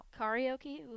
Karaoke